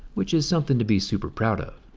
which is something to be super proud of.